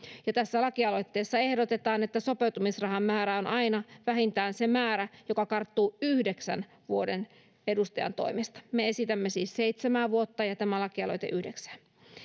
lakialoitteessa ehdotetaan että sopeutumisrahan määrä on aina vähintään se määrä joka karttuu yhdeksän vuoden edustajantoimesta me esitämme siis seitsemää vuotta ja tämä lakialoite yhdeksää